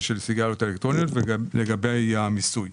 של הסיגריות האלקטרוניות וגם לגבי המיסוי.